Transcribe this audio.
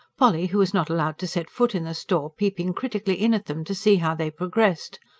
polly, who was not allowed to set foot in the store, peeping critically in at them to see how they progressed.